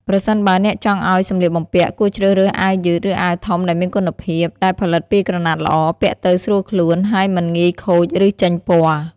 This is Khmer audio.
ប្រសិនបើអ្នកចង់ឱ្យសម្លៀកបំពាក់ គួរជ្រើសរើស អាវយឺត ឬអាវធំដែលមានគុណភាព ដែលផលិតពីក្រណាត់ល្អ ពាក់ទៅស្រួលខ្លួន ហើយមិនងាយខូច ឬចេញពណ៍។